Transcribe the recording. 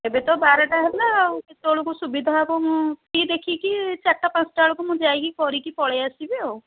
ଏବେ ତ ବାରଟା ହେଲା ଆଉ କେତେବେଳକୁ ସୁବିଧା ହେବ ମୁଁ ଟିକେ ଦେଖିକି ଚାରିଟା ପାଞ୍ଚଟା ବେଳକୁ ମୁଁ ଯାଇକି କରିକି ପଳାଇ ଆସିବି ଆଉ